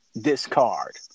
discard